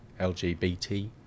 LGBT